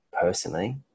personally